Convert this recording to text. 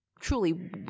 truly